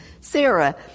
Sarah